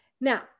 Now